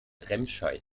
remscheid